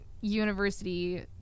university